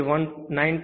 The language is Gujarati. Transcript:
જેથી તે 19